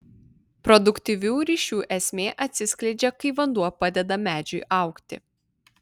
produktyvių ryšių esmė atsiskleidžia kai vanduo padeda medžiui augti